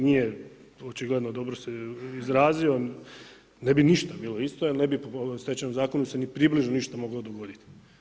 Nije očigledno dobro se izrazio, ne bi ništa bilo isto jer ne bi po Stečajnom zakonu se ni približno se ništa moglo dogoditi.